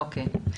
אוקיי.